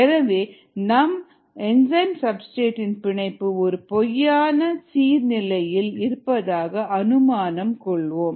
எனவே நாம் enzyme substrate இன் பிணைப்பு ஒரு பொய்யான சீர்நிலையில் இருப்பதாக அனுமானம் கொள்வோம்